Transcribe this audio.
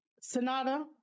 Sonata